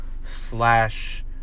slash